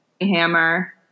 Hammer